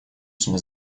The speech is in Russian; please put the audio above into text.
себя